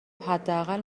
حداقل